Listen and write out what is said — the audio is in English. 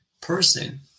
person